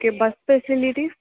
okay bus facilities